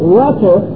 water